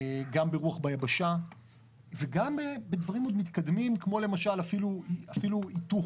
גם ברוח ביבשה וגם בדברים מאוד מתקדמים כמו למשל אפילו היתוך.